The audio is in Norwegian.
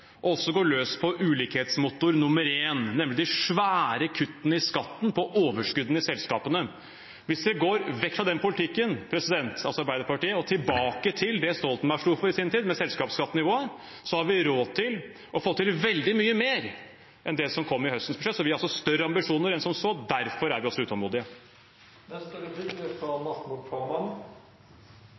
også å gå løs på ulikhetsmotor nummer én, nemlig de svære kuttene i skatten på overskuddene i selskapene. Hvis Arbeiderpartiet går vekk fra den politikken og tilbake til det Stoltenberg i sin tid sto for med selskapsskattenivået, har vi råd til å få til veldig mye mer enn det som kom i høstens budsjett. Vi har altså større ambisjoner enn som så. Derfor er vi også utålmodige. Vi er